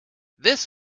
this